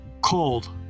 cold